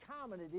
common